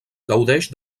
gaudeix